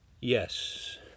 Yes